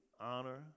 honor